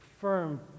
firm